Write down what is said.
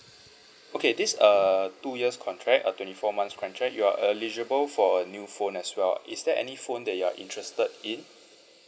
okay this err two years contract a twenty four months contract you're eligible for a new phone as well is there any phone that you are interested in